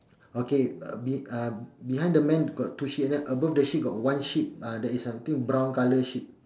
okay uh be uh behind the man got two sheep and then above the sheep got one sheep ah that is I think brown colour sheep